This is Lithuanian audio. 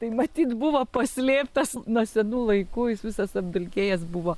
tai matyt buvo paslėptas nuo senų laikų jis visas apdulkėjęs buvo